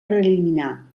preliminar